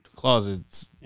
Closets